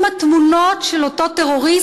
עם התמונות של אותו טרוריסט.